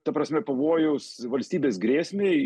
ta prasme pavojaus valstybės grėsmei